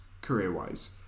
career-wise